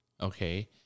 Okay